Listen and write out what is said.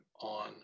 on